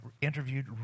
Interviewed